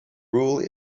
rule